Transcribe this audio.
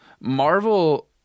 Marvel